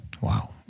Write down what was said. Wow